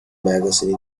magazine